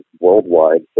worldwide